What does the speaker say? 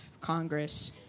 Congress